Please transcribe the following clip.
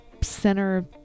center